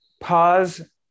pause